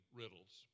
riddles